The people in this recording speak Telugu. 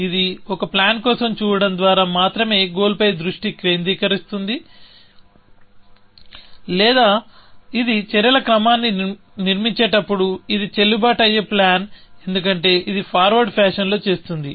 ఇది ఒక ప్లాన్ కోసం చూడటం ద్వారా మాత్రమే గోల్ పై దృష్టి కేంద్రీకరిస్తుంది లేదా ఇది చర్యల క్రమాన్ని నిర్మించేటప్పుడు ఇది చెల్లుబాటు అయ్యే ప్లాన్ ఎందుకంటే ఇది ఫార్వర్డ్ ఫ్యాషన్లో చేస్తోంది